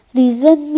reason